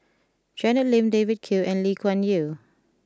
Janet Lim David Kwo and Lee Kuan Yew